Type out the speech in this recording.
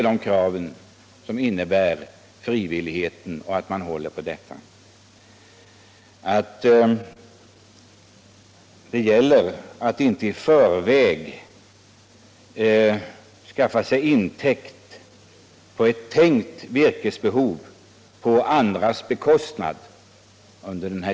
Det gäller att inte i förväg skaffa sig intäkt på ett tänkt virkesbehov på andras bekostnad.